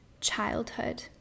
childhood